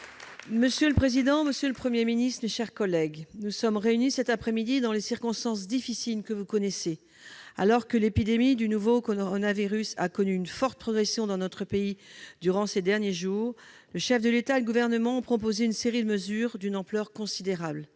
monsieur le Premier ministre, messieurs les ministres, mes chers collègues, nous sommes réunis cet après-midi dans les circonstances difficiles que vous connaissez. Alors que l'épidémie du nouveau coronavirus a connu une forte progression dans notre pays durant ces derniers jours, le chef de l'État et le Gouvernement ont proposé une série de mesures d'une ampleur considérable,